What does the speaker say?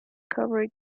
covered